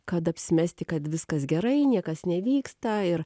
kad apsimesti kad viskas gerai niekas nevyksta ir